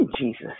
Jesus